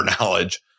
knowledge